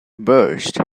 burst